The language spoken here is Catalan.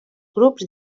grups